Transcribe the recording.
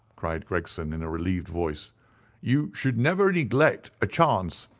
cried gregson, in a relieved voice you should never neglect a chance,